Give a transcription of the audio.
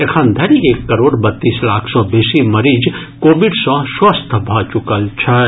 एखनधरि एक करोड़ बत्तीस लाख सॅ बेसी मरीज कोविड सॅ स्वस्थ भऽ चुकल छथि